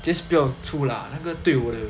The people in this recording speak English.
just 不要出啦那个对我的